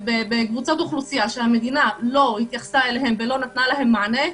בקבוצות אוכלוסייה שהמדינה לא נתנה להם מענה,